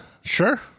Sure